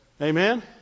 Amen